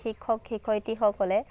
শিক্ষক শিক্ষয়িত্ৰীসকলে